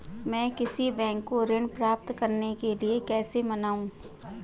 मैं किसी बैंक को ऋण प्राप्त करने के लिए कैसे मनाऊं?